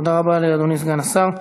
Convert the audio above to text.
תודה רבה לאדוני סגן השר.